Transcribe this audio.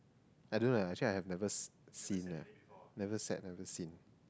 I don't know leh actually I have never seen never sat never seen